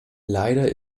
leider